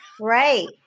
right